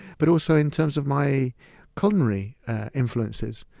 but also in terms of my culinary influences.